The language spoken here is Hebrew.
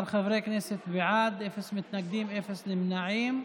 15 חברי כנסת בעד, אפס מתנגדים ואפס נמנעים.